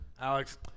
Alex